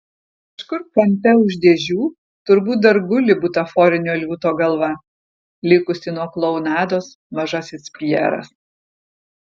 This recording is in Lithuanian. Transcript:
kažkur kampe už dėžių turbūt dar guli butaforinio liūto galva likusi nuo klounados mažasis pjeras